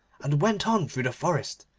and went on through the forest,